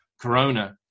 Corona